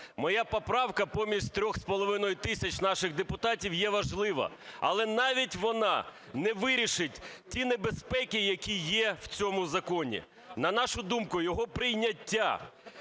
Моя поправка поміж 3,5 тисяч наших депутатів є важлива, але навіть вона не вирішить ті небезпеки, які є в цьому законі. На нашу думку, його прийняття